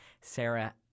Sarah